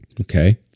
Okay